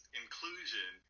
inclusion